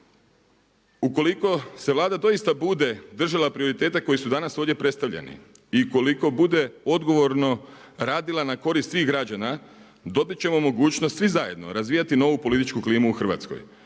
Ukoliko se Vlada doista bude država prioriteta koji su danas ovdje predstavljeni i ukoliko bude odgovorno radila na korist svih građana dobit ćemo mogućnost svi zajedno razvijati novu političku klimu u Hrvatskoj.